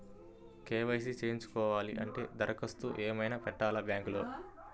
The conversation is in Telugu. కే.వై.సి చేయించుకోవాలి అంటే దరఖాస్తు ఏమయినా పెట్టాలా బ్యాంకులో?